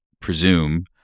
presume